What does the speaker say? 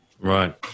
Right